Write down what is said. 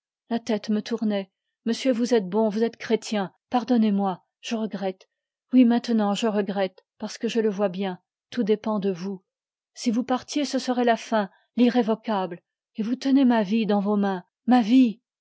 la tête me tournait monsieur vous êtes bon vous êtes chrétien pardonnez-moi je regrette oui maintenant je regrette parce que je le vois bien tout dépend de vous si vous partiez ce serait la fin l'irrévocable et vous tenez ma vie dans vos mains ma vie